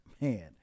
man